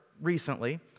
recently